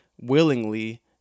willingly